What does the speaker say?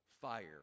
Fire